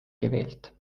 gewählt